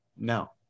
no